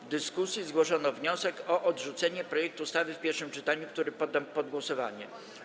W dyskusji zgłoszono wniosek o odrzucenie projektu ustawy w pierwszym czytaniu, który poddam pod głosowanie.